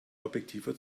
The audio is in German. objektiver